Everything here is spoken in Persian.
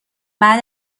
بعد